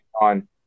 on